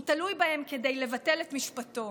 הוא תלוי בהם כדי לבטל את משפטו,